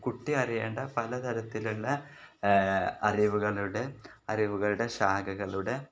കുട്ടി അറിയേണ്ട പലതരത്തിലുള്ള അറിവുകളുടെ അറിവുകളുടെ ശാഖകളുടെ